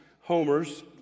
Homer's